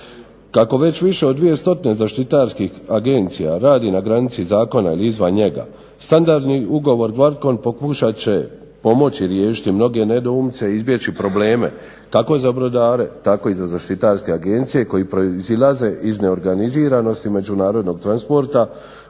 Kako već više od 200 zaštitarskih agencija radi na granici zakona ili izvan njega standardni ugovor …/Ne razumije se./… pokušat će pomoći riješiti mnoge nedoumice i izbjeći probleme, kako za brodare tako i za zaštitarske agencije koje proizlaze iz neorganiziranosti međunarodnog transporta